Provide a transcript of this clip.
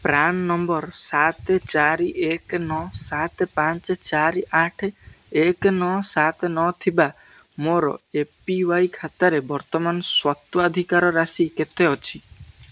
PRAN number ସାତ ଚାରି ଏକ ନଅ ସାତ ପାଞ୍ଚ ଚାରି ଆଠ ଏକ ନଅ ସାତ ନଅ ଥିବା ମୋର ଏ ପି ୱାଇ ଖାତାରେ ବର୍ତ୍ତମାନ ସ୍ୱତ୍ୱାଧିକାର ରାଶି କେତେ ଅଛି